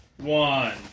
one